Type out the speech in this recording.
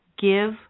Give